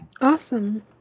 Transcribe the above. awesome